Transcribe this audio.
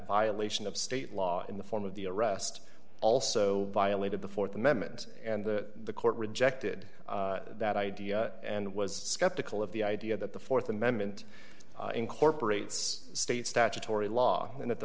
violation of state law in the form of the arrest also violated the th amendment and the court rejected that idea and was skeptical of the idea that the th amendment incorporates state statutory law and that the